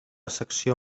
secció